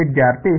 ವಿದ್ಯಾರ್ಥಿ 0